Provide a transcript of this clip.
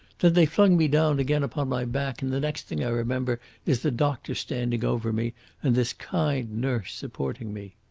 then they flung me down again upon my back, and the next thing i remember is the doctor standing over me and this kind nurse supporting me.